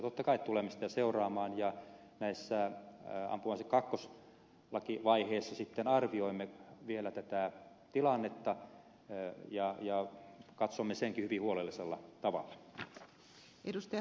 totta kai tulemme sitä seuraamaan ja ampuma aselain kakkosvaiheessa sitten arvioimme vielä tätä tilannetta ja katsomme senkin hyvin huolellisella tavalla